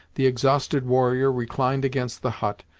the exhausted warrior reclined against the hut,